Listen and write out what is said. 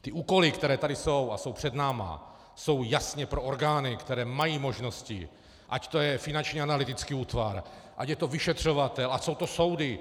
Ty úkoly, které tady jsou a jsou před námi, jsou jasně pro orgány, které mají možnosti, ať to je Finanční analytický útvar, ať je to vyšetřovatel, ať jsou to soudy.